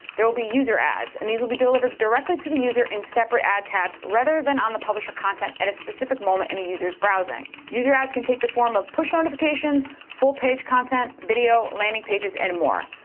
there will be user ads and these will be delivered directly to the user in separate ad tabs rather than on the publisher content at a specific moment in a user's browsing. user ads can take the form of push notifications, full-page content, video, landing pages, and more.